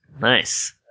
Nice